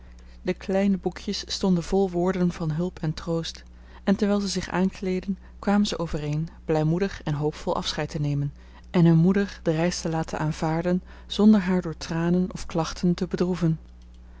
de kleine boekjes stonden vol woorden van hulp en troost en terwijl ze zich aankleedden kwamen ze overeen blijmoedig en hoopvol afscheid te nemen en hun moeder de reis te laten aanvaarden zonder haar door tranen of klachten te bedroeven